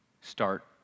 start